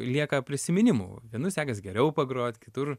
lieka prisiminimų vienur sekasi geriau pagrot kitur